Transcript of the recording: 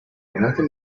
another